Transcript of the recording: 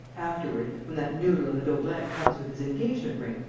afterward, when that noodle of a daubrecq comes with his engagement-ring,